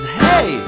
hey